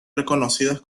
reconocidas